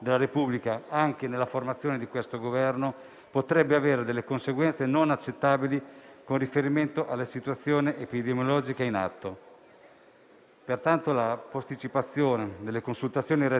Pertanto, la posticipazione delle consultazioni elettorali resta necessaria per la gravità della situazione epidemiologica. Infine, il decreto in esame, all'articolo 3, istituisce una piattaforma informativa nazionale